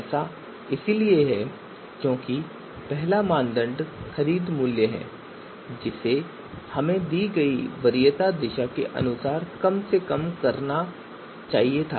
ऐसा इसलिए है क्योंकि पहला मानदंड खरीद मूल्य है जिसे हमें दी गई वरीयता दिशा के अनुसार कम से कम करना चाहिए था